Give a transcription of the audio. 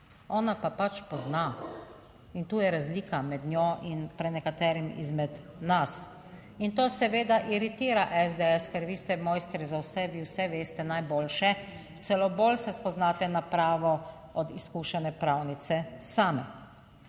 Ona pa pač pozna in tu je razlika med njo in prenekaterim izmed nas. In to seveda iritira SDS, ker vi ste mojstri za vse, vi vse veste najboljše, celo bolj se spoznate na pravo od izkušene pravnice same.